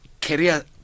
career